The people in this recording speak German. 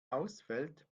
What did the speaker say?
ausfällt